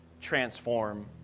transform